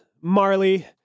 Marley